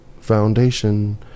foundation